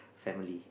family